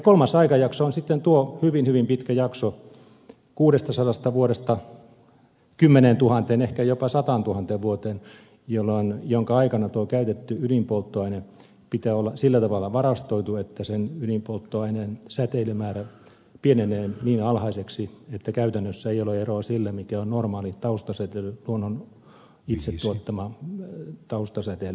kolmas aikajakso on sitten tuo hyvin hyvin pitkä jakso kuudestasadasta vuodesta kymmeneentuhanteen ehkä jopa sataantuhanteen vuoteen jonka aikana tuo käytetyn ydinpolttoaineen pitää olla sillä tavalla varastoitu että sen ydinpolttoaineen säteilymäärä pienenee niin alhaiseksi että käytännössä ei ole eroa sillä mikä on normaali taustasäteily luonnon itse tuottama taustasäteily